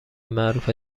معروف